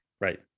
Right